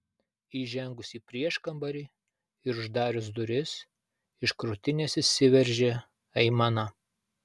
įžengus į prieškambarį ir uždarius duris iš krūtinės išsiveržė aimana